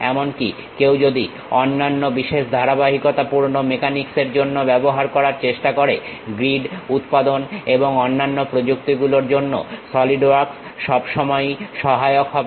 এমনকি কেউ যদি অন্যান্য বিশেষ ধারাবাহিকতা পূর্ণ মেকানিক্স এর জন্য ব্যবহার করার চেষ্টা করে গ্রিড উৎপাদন এবং অন্যান্য প্রযুক্তিগুলোর জন্য সলিড ওয়ার্কস সবসময়ই সহায়ক হবে